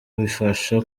bifasha